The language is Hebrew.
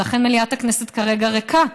ולכן מליאת הכנסת כרגע ריקה,